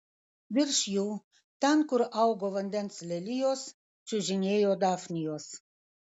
virš jų ten kur augo vandens lelijos čiužinėjo dafnijos